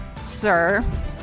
sir